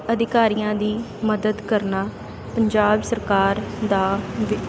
ਅਧਿਕਾਰੀਆਂ ਦੀ ਮਦਦ ਕਰਨਾ ਪੰਜਾਬ ਸਰਕਾਰ ਦਾ